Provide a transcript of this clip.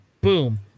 boom